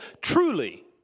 truly